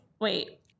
Wait